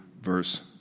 verse